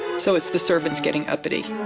so it's the servants getting uppity.